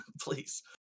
Please